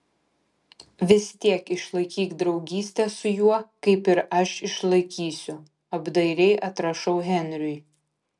vis tiek išlaikyk draugystę su juo kaip ir aš išlaikysiu apdairiai atrašau henriui